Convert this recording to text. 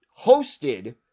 Hosted